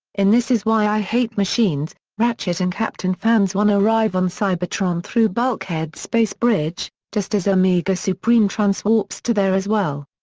in this is why i hate machines, ratchet and captain fanzone arrive on cybertron through bulkhead's space bridge, just as omega supreme transwarps to there as well.